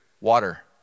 water